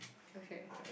okay